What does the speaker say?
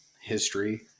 history